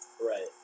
Right